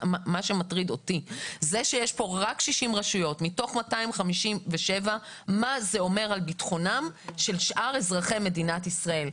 מה שמטריד אותי זה שיש פה רק 60 רשויות מתוך 257. מה זה אומר על ביטחונם של שאר אזרחי מדינת ישראל?